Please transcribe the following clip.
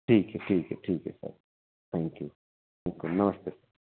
ठीक है ठीक है ठीक है सर थैंकयू नमस्ते सर